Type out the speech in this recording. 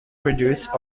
produced